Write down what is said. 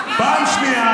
אז הינה,